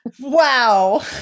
Wow